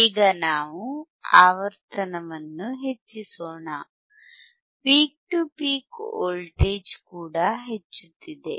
ಈಗ ನಾವು ಆವರ್ತನವನ್ನು ಹೆಚ್ಚಿಸೋಣ ಪೀಕ್ ಟು ಪೀಕ್ ವೋಲ್ಟೇಜ್ ಕೂಡ ಹೆಚ್ಚುತ್ತಿದೆ